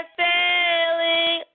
failing